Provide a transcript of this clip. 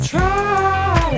Try